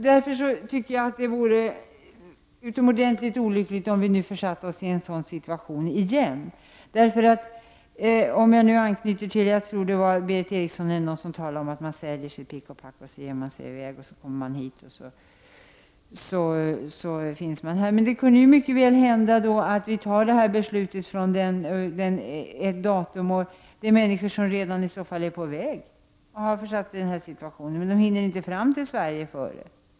Därför tycker jag att det vore utomordentligt olyckligt om vi nu försatte oss i en sådan situation igen. Jag tror det var Berith Eriksson som talade om att folk säljer sitt pick och pack, ger sig iväg, kommer hit och så är de här. Men det kan mycket väl hända när vi fattar ett beslut vid visst datum att människor som detta beslut gäller redan är på väg hit men inte i tid hinner fram till Sverige.